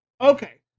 okay